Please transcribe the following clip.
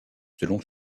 selon